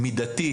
מידתית.